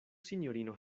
sinjoro